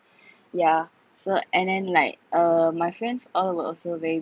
yeah so and then like uh my friends all also very